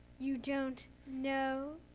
you don't know.